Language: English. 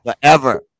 Forever